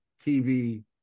TV